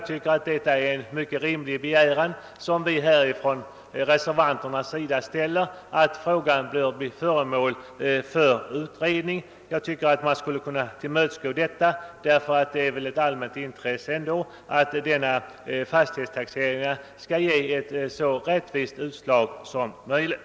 Det är därför en rimlig begäran som reservanterna framställer att frågan bör bli föremål för utredning. Detta krav borde riksdagen kunna tillmötesgå; det är dock ett allmänt intresse att fastighetstaxeringen skall ge så rättvist utslag som möjligt.